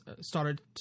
started